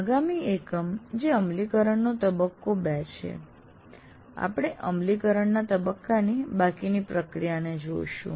આગામી એકમ જે અમલીકરણનો તબક્કો 2 છે આપણે અમલીકરણના તબક્કાની બાકીની પ્રક્રિયાને જોઈશું